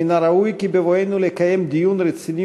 מן הראוי כי בבואנו לקיים דיון רציני